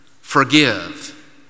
Forgive